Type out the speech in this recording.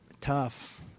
tough